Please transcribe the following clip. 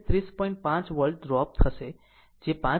5 voltage drop થઈ જશે જે 5